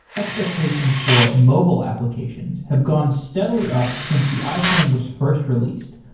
expectations for mobile applications have gone steadily up since the iphone was first released,